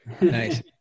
Nice